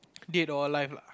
dead or alive lah